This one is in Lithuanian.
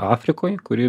afrikoj kuri